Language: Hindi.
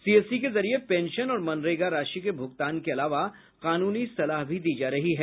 सीएससी के जरिए पेंशन और मनरेगा राशि के भुगतान के अलावा कानूनी सलाह भी दी जा रही है